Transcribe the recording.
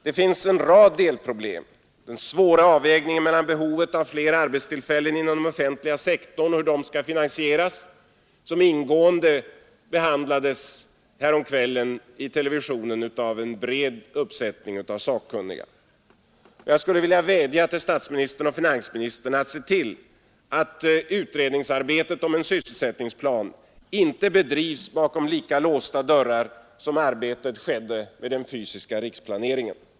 Det finns en rad delproblem på vägen, t.ex. den svåra avvägningen av behovet av fler arbetstillfällen inom den offentliga sektorn och hur de skall finansieras, som häromkvällen i TV ingående behandlades av en bred uppsättning av sakkunniga. Jag skulle vilja vädja till statsministern och finansministern att se till att utredningsarbetet om en sysselsättningsplan inte bedrivs bakom lika låsta dörrar som arbetet med den fysiska riksplaneringen skedde.